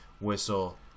whistle